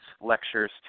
lectures